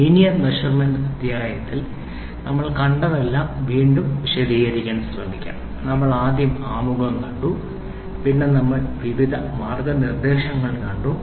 linear measurement അധ്യായത്തിൽ നമ്മൾ കണ്ടതെല്ലാം വീണ്ടും വിശദീകരിക്കാൻ ശ്രെമിക്കാം ആദ്യം നമ്മൾ ആമുഖം കണ്ടു പിന്നെ നമ്മൾ വിവിധ മാർഗ്ഗനിർദ്ദേശങ്ങൾ കണ്ടു